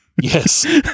Yes